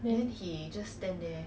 mm